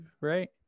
right